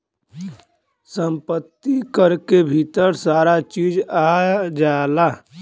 सम्पति कर के भीतर सारा चीज आ जाला